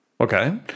Okay